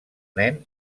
nen